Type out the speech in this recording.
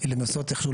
לנסות איכשהו,